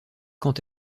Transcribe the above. quant